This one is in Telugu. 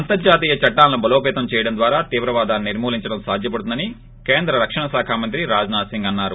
అంతర్హాతీయ చట్టాలను బలోపేతం చేయడం ద్వారా తీవ్రవాదాన్ని నిర్మూ లించడం సాధ్య పడుతుందని కేంద్ర రక్షణ శాఖా మంత్రి రాజ్ నాద్ సింగ్ అన్నారు